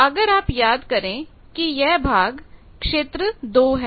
अगर आप याद करे कि यह भाग क्षेत्र २ है